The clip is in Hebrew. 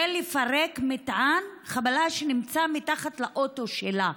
לפרק מטען חבלה שנמצא מתחת לאוטו שלה.